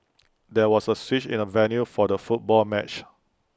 there was A switch in the venue for the football match